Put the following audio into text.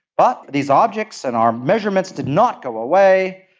but these objects and our measurements did not go away,